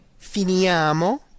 finiamo